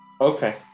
okay